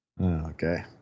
Okay